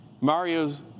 Mario's